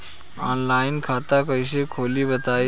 Online खाता कइसे खोली बताई?